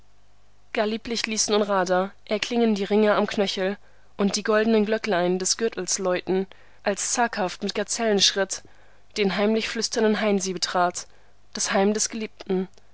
gar lieblich ließ nun radha erklingen die ringe am knöchel und die goldenen glöcklein des gürtels läuten als zaghaft mit gazellenschritt den heimlich flüsternden hain sie betrat das heim des geliebten